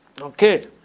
Okay